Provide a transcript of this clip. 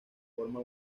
forma